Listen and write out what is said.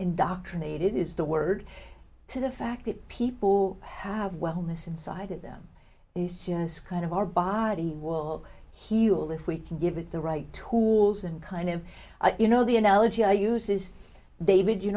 indoctrinated is the word to the fact that people who have wellness inside of them is just kind of our body will heal if we can give it the right tools and kind of you know the analogy i use is david you